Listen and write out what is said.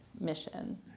mission